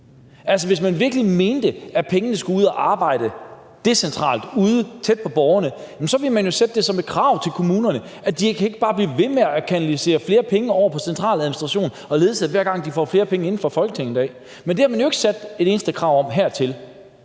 hvis man virkelig mente, at pengene skulle ud og arbejde decentralt ude tæt på borgerne, så ville man jo stille det som et krav til kommunerne, altså at de ikke bare kan blive ved med at kanaliserer flere penge over på centraladministration og ledelse, hver gang de får flere penge inde fra Folketinget. Men det har man jo ikke stillet et eneste krav om.